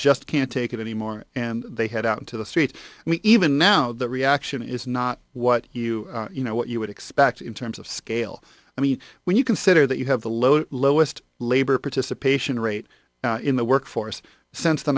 just can't take it anymore and they head out into the street and even now the reaction is not what you you know what you would expect in terms of scale i mean when you consider that you have the low the lowest labor participation rate in the workforce since the